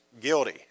guilty